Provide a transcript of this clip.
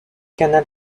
canal